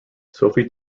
sophie